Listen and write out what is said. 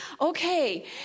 Okay